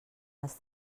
les